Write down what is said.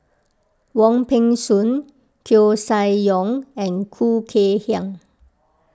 Wong Peng Soon Koeh Sia Yong and Khoo Kay Hian